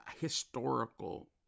historical